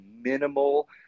minimal